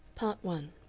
part one